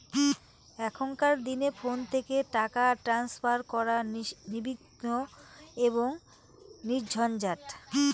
এখনকার দিনে ফোন থেকে টাকা ট্রান্সফার করা নির্বিঘ্ন এবং নির্ঝঞ্ঝাট